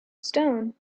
stone